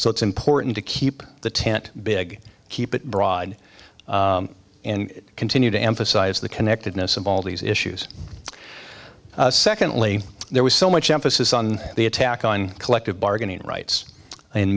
so it's important to keep the tent big keep it broad and continue to emphasize the connectedness of all these issues secondly there was so much emphasis on the attack on collective bargaining rights